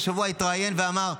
השבוע הוא התראיין ואמר: